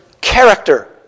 character